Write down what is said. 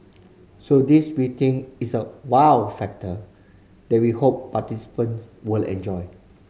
so this we think is a wow factor that we hope participants will enjoy